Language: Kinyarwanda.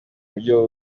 buryo